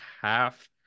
half